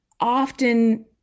Often